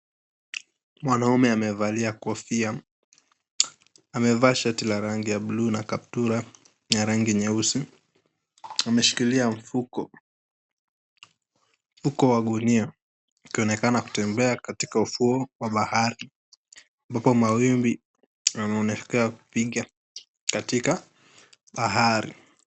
Mwanaume amevalia kofia. Amevaa shati la rangi ya bluu na kaptura ya rangi nyeusi. Ameshikilia mfuko wa gunia, akionekana kutembea katika ufuo wa bahari, ambapo mawimbi yanaonekana kupiga katika bahari.